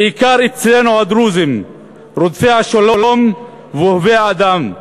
בעיקר אצלנו הדרוזים רודפי השלום ואוהבי האדם.